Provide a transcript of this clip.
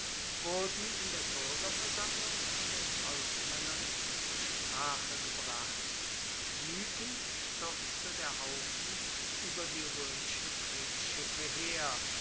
wurden in der buergerversammlung von den volksmaennern zur sprache gebracht wuetend stuerzte der haufen ueber die roemischen kriegsschiffe her